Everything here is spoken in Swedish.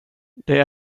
det